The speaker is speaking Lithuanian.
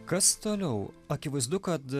kas toliau akivaizdu kad